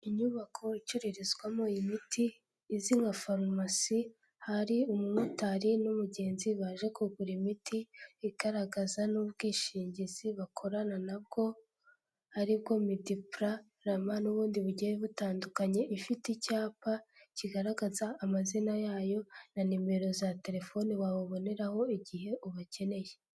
Inyubako icururizwamo imiti izwi nka farumasi, hari umumotari n'umugenzi baje kugura imiti, igaragaza n'ubwishingizi bakorana nabwo aribwo MEDIPLAN, RAMA n'ubundi bugiye butandukanye, ifite icyapa kigaragaza amazina yayo na nimero za terefone wababoneraho igihe ubakeneye.